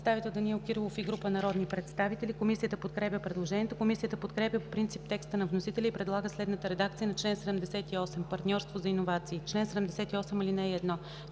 представител Данаил Кирилов и група народни представители. Комисията подкрепя предложението. Комисията подкрепя по принцип текста на вносителя и предлага следната редакция на чл. 78: „Партньорство за иновации Чл. 78. (1) Всяко